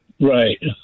Right